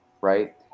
Right